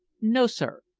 no, sir.